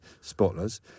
spotless